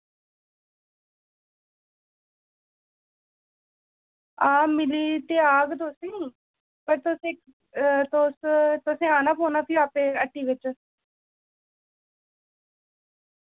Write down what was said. हां मिली ते जाह्ग तुसें ई ते तुसें औना पौना भी हट्टी बिच